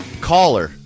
Caller